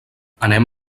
anem